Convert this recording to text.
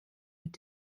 mit